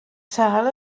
sâl